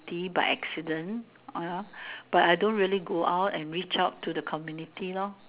community by accident but I don't really go out and reach out to the community lah